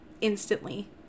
instantly